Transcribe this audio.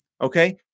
Okay